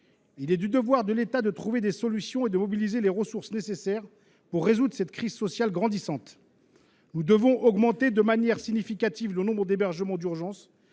Il est du devoir de l’État de trouver des solutions et de mobiliser les ressources nécessaires pour résoudre cette crise sociale grandissante. Nous devons augmenter de manière significative le nombre d’hébergements d’urgence